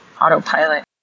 autopilot